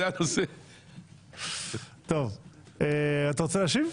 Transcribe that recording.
אתה רוצה להשיב?